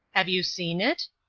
have you seen it?